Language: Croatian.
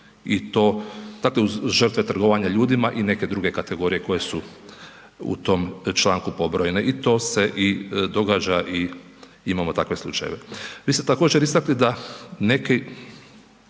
i to dakle uz žrtve trgovanja ljudima i neke druge kategorije koje su u tom članku pobrojene i to se i događa i imamo takve slučajeve. Vi ste također istakli da neki